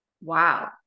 Wow